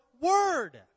word